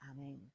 Amen